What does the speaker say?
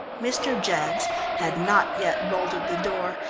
mr. jaggs had not yet bolted the door,